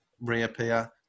reappear